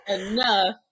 enough